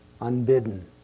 unbidden